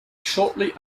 shortly